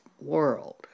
world